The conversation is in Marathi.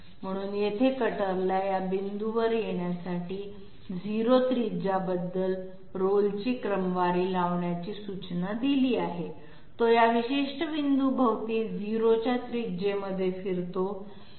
म्हणून येथे कटरला या पॉईंटवर येण्यासाठी 0 त्रिज्या बद्दल रोलची क्रमवारी लावण्याची सूचना दिली आहे तो या विशिष्ट पॉईंटभोवती 0 च्या त्रिज्यामध्ये फिरतो